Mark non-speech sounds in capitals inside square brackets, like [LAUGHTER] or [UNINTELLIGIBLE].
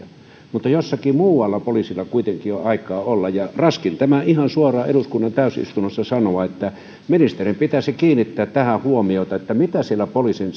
mutta jossakin muualla poliisilla kuitenkin on aikaa olla ja raskin tämän ihan suoraan eduskunnan täysistunnossa sanoa että ministerin pitäisi kiinnittää huomiota tähän että mitä siellä poliisin [UNINTELLIGIBLE]